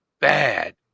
bad